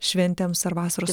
šventėms ar vasaros